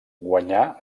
guanyà